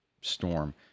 storm